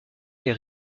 les